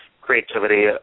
creativity